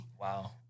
Wow